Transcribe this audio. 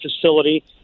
facility